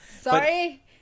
Sorry